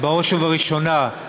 בראש ובראשונה,